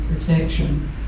protection